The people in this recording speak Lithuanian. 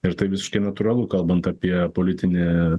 ir tai visiškai natūralu kalbant apie politinį